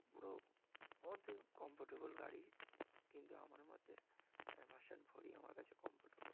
পুরো অতি কমফর্টেবল গাড়ি কিন্তু আমার মতে ভার্সন ফোরই আমার কাছে কমফর্টেবল